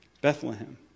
Bethlehem